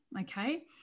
okay